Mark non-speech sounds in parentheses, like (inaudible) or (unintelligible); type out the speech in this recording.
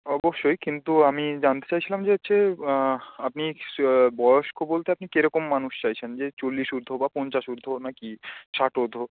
অবশ্যই কিন্তু আমি জানতে চাইছিলাম যে হচ্ছে আপনি (unintelligible) বয়স্ক বলতে আপনি কীরকম মানুষ চাইছেন যে চল্লিশ ঊর্ধ্ব বা পঞ্চাশ ঊর্ধ্ব না কি ষাট ঊর্ধ্ব